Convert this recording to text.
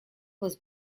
was